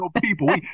people